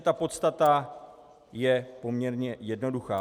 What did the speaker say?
Ta podstata je poměrně jednoduchá.